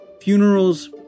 Funerals